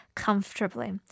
comfortably